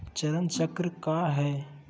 चरण चक्र काया है?